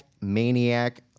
Maniac